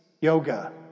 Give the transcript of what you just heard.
Yoga